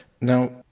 Now